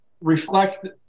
reflect